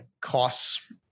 costs